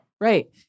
Right